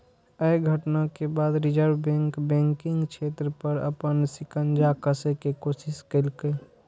अय घटना के बाद रिजर्व बैंक बैंकिंग क्षेत्र पर अपन शिकंजा कसै के कोशिश केलकै